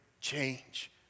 change